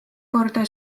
korda